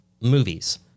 movies